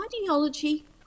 ideology